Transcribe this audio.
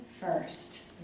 first